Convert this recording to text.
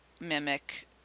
mimic